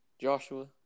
Joshua